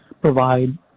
provide